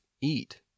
eat